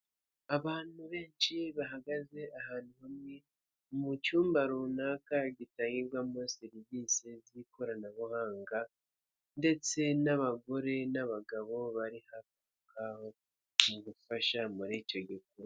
Abantu benshi bahagaze ahantu hamwe, ni mu cyumba runaka gitangirwamo serivisi z'ikoranabuhanga ndetse n'abagore n'abagabo bari hafi aho ngaho mu gufasha muri icyo gikorwa.